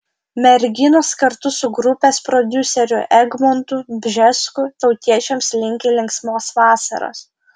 merginos kartu su grupės prodiuseriu egmontu bžesku tautiečiams linki linksmos vasaros